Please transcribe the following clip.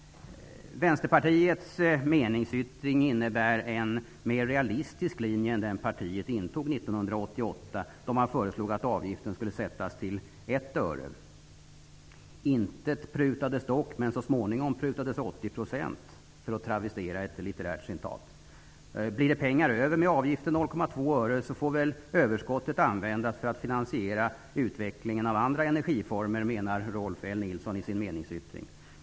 Vänsterpartiets meningsyttring innebär en mer realistisk linje än den partiet intog 1988. Då föreslog Vänsterpartiet att avgiften skulle sättas till 1 öre. ''Intet prutades dock men så småningom prutades 80 %'', för att travestera ett litterärt citat. Blir det pengar över med avgiften 0,2 öre, får väl överskottet användas för att finansiera utvecklingen av andra energiformer menar Rolf L Nilson i meningsyttringen.